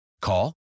Call